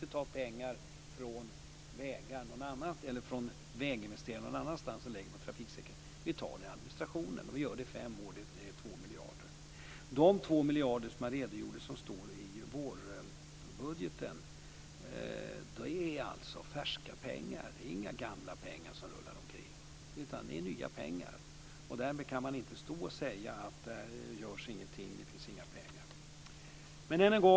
Vi tar inte pengar från vägar eller väginvesteringar någon annanstans och lägger på trafiksäkerheten, utan vi tar dem från administrationen under fem år. Det ger 2 Dessa 2 miljarder, som redovisas i vårbudgeten, är alltså färska pengar. Det är inga gamla pengar som rullar omkring. Därmed kan man inte stå och säga att ingenting görs och att det inte finns några pengar.